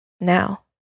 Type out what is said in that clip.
Now